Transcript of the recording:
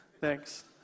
Thanks